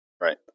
Right